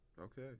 Okay